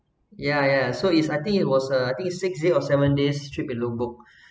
yeah yeah so it's I think it was uh I think six days or seven days trips in lombok